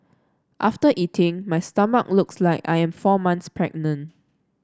after eating my stomach looks like I am four months pregnant